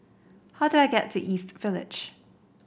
how do I get to East Village